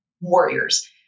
warriors